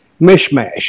mishmash